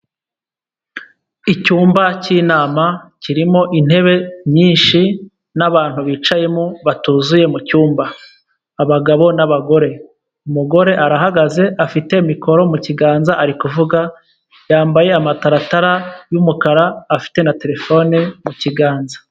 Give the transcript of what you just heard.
icyumba cy'inama kirimo intebe nyinshi, n'abantu bicayemo batuzuye mu cyumba, abagabo n'abagore. Umugore arahagaze afite mikoro mu kiganza ari kuvuga. Yambaye amataratara y'umukara, afite na terefone mu kiganza.